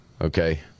Okay